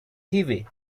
heavy